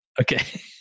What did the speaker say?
Okay